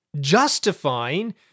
justifying